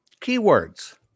Keywords